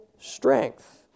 strength